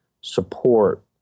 support